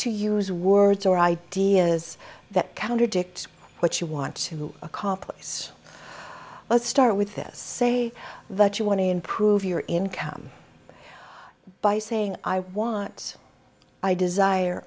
to use words or ideas that counter dictate what you want to accomplish this let's start with this say that you want to improve your income by saying i want i desire